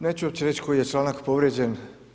Neću uopće reći koji je članak povrijeđen.